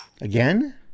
Again